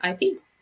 IP